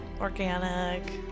organic